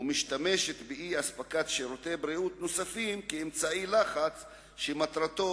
ומשתמשת באי-אספקת שירותי בריאות נוספים כאמצעי לחץ שמטרתו